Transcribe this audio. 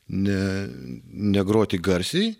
ne negroti garsiai